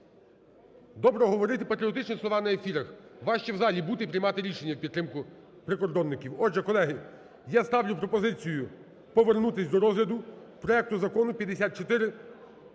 Добре говорити патріотичні слова на ефірах, важче в залі бути і приймати рішення у підтримку прикордонників. Отже, колеги, я ставлю пропозицію повернутися до розгляду проекту закону 5442.